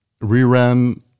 reran